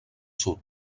sud